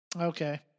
Okay